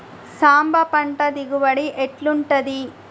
సాంబ పంట దిగుబడి ఎట్లుంటది?